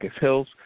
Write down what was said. Hills